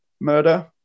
murder